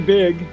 big